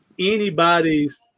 anybody's